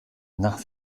nach